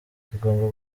tugomba